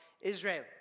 Israel